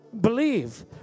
Believe